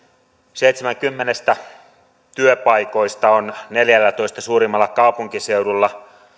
seitsemän kymmenestä työpaikasta on neljällätoista suurimmalla kaupunkiseudulla